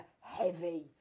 heavy